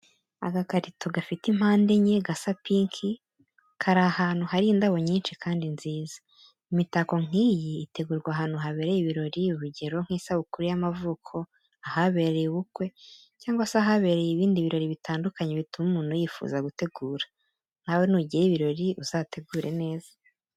Agakarito gafite impande enye, gasa pinki, kari ahantu hari indabo nyinshi kandi nziza, imitako nk'iyi itegurwa ahantu habereye ibirori urugero nkisabukuru y'amavuko, ahabereye ubukwe, cyangwa se ahabereye ibindi birori bitandukanye bituma umuntu yifuza gutegura. Nawe nugira ibirori uzategure neza.